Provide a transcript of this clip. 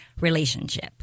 relationship